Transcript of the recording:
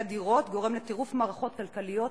הדירות גורם לטירוף מערכות כלכלי וחברתי.